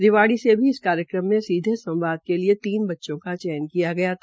रिवाड़ी से मिली इस कार्यक्रम में सीधे संवाद के लिए तीन बच्चों का चयन किया गया था